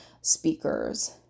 speakers